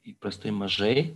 įprastai mažai